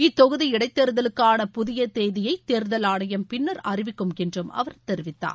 இத்தொகுதி இடைத்தேர்தலுக்கான புதிய தேதியை தேர்தல் ஆணையம் பின்னர் அறிவிக்கும் என்று அவர் தெரிவித்தார்